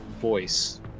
voice